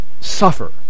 suffer